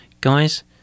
guys